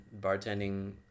bartending